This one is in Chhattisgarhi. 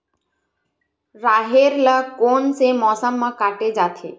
राहेर ल कोन से मौसम म काटे जाथे?